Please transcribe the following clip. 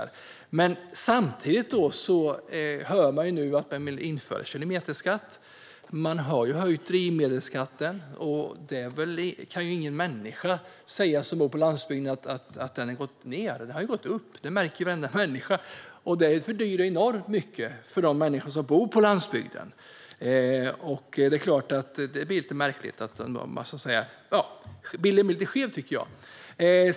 Samtidigt hör vi att man vill införa en kilometerskatt. Man har höjt drivmedelsskatten. Ingen människa som bor på landsbygden kan säga att den har minskat, utan den har ökat. Det märker varenda människa. Det fördyrar enormt mycket för de människor som bor på landsbygden. Det blir lite märkligt, och bilden blir lite skev.